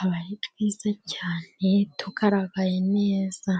aba ari twiza cyane tugaragaye neza.